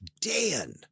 Dan